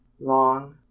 long